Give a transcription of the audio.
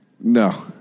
No